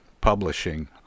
publishing